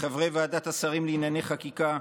לחברי ועדת השרים לענייני חקיקה,